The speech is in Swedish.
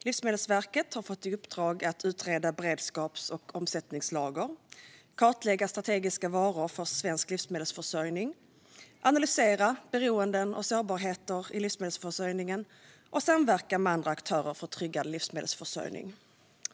Livsmedelsverket har fått i uppdrag att utreda beredskaps och omsättningslager, kartlägga strategiska varor för svensk livsmedelsförsörjning, analysera beroenden och sårbarheter i livsmedelsförsörjningen och samverka med andra aktörer för tryggad livsmedelsförsörjning.